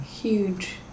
Huge